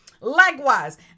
Likewise